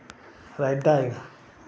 వెళ్తానిక